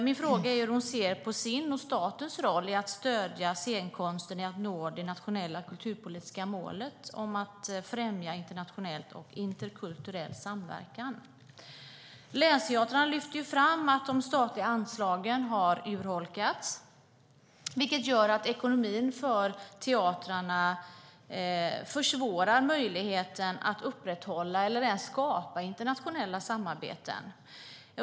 Min fråga är hur hon ser på sin och statens roll när det gäller att stödja scenkonsten i att nå det nationella kulturpolitiska målet om att främja internationell och interkulturell samverkan. Länsteatrarna lyfte fram att de statliga anslagen har urholkats, vilket gör att ekonomin för teatrarna försvårar möjligheten att upprätthålla eller ens skapa internationella samarbeten.